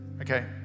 Okay